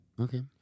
Okay